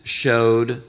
showed